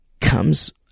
comes